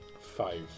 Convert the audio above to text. Five